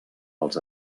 als